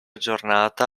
giornata